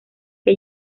que